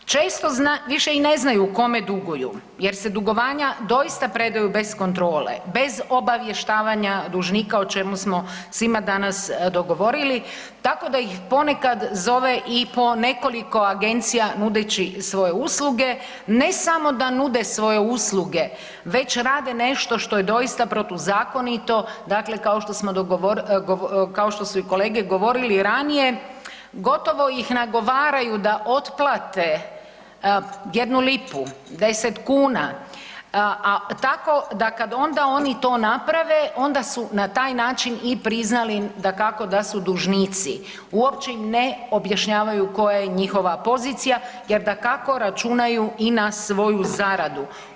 Često više i ne znaju kome duguju jer se dugovanja dosita predaju bez kontrole, bez obavještavanja dužnika, o čemu smo svima danas govorili tako da ih ponekad zove i po nekoliko agencija nudeći svoje usluge, ne samo da nude svoje usluge, već rade nešto što je doista protuzakonito, dakle kao što su i kolege govorili ranije, gotovo ih nagovaraju da otplate jednu lipu, 10 kn, a tako da kad onda oni to naprave, onda su na taj način i priznali dakako da su dužnici, uopće im ne objašnjavaju koja je njihova pozicija jer dakako računaju i na svoju zaradu.